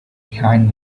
behind